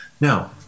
Now